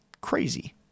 crazy